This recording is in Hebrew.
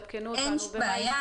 אין שום בעיה.